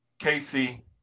Casey